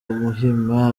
muhima